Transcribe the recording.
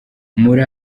muri